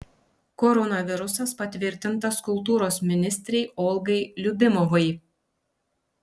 koronavirusas patvirtintas kultūros ministrei olgai liubimovai